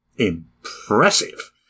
Impressive